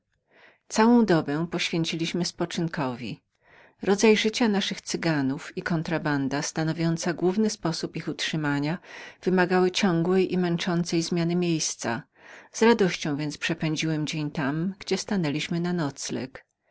całą tę dobę poświęciliśmy spoczynkowi rodzaj życia naszych cyganów i kontrabanda stanowiąca główny sposób ich utrzymania wymagały ciągłej i męczącej zmiany miejsca z radością więc przepędziłem dzień tam gdzie stanęliśmy na nocleg